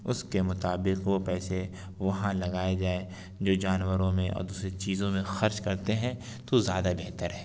اس کے مطابق وہ پیسے وہاں لگائے جائیں جو جانوروں میں اور دوسری چیزوں میں خرچ کرتے ہیں تو زیادہ بہتر ہے